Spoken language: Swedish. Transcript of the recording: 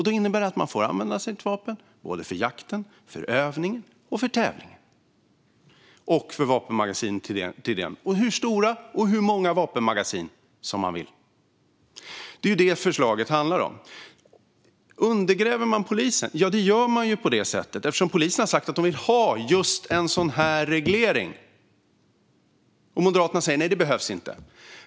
Då innebär det att man får använda sitt vapen för jakt, övning och tävling, och man får ha hur stora och hur många vapenmagasin som man vill. Det är det förslaget handlar om. Undergräver man polisen? Ja, det gör man på det sättet att polisen har sagt att man vill ha just en sådan här reglering och Moderaterna säger att det inte behövs.